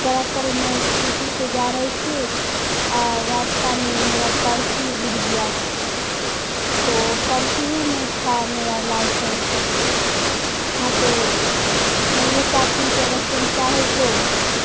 دراصل میں اسکوٹی سے جا رہی تھی اور راستہ میں میرا پرس ہی گر گیا تو پرس ہی میں تھا میرا لائسنس ہاں تو میں یہ چاہتی ہوں کہ اگر تم چاہو تو